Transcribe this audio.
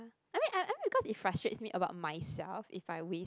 I mean I mean I mean because it frustrates me about myself if I waste